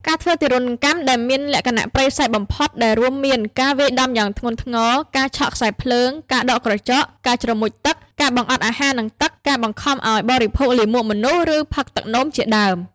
ការធ្វើទារុណកម្មមានលក្ខណៈព្រៃផ្សៃបំផុត ដែលរួមមាន ការវាយដំយ៉ាងធ្ងន់ធ្ងរ ការឆក់ខ្សែភ្លើង ការដកក្រចក ការជ្រមុជទឹក ការបង្អត់អាហារនិងទឹក ការបង្ខំឱ្យបរិភោគលាមកមនុស្ស ឬផឹកទឹកនោមជាដើម។